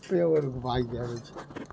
இப்படியே வருது வாய்க்கால் வச்சு